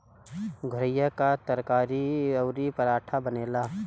घुईया कअ तरकारी अउरी पराठा बनेला